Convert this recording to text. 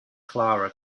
clara